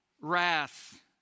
wrath